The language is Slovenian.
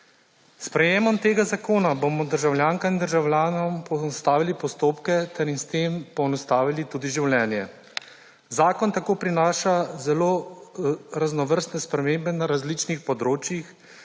S sprejemom tega zakona bomo državljankam in državljanom poenostavili postopke ter jim s tem poenostavili tudi življenje. Zakon tako prinaša zelo raznovrstne spremembe na različnih področjih